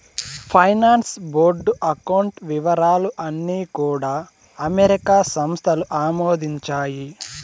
finance board account వివరాలు అన్నీ కూడా అమెరికా సంస్థలు ఆమోదించాయి